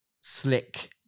slick